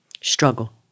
struggle